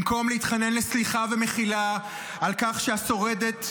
במקום להתחנן לסליחה ומחילה על כך שהשורדת,